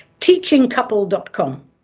teachingcouple.com